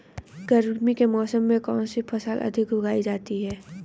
गर्मियों के मौसम में कौन सी फसल अधिक उगाई जाती है?